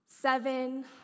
Seven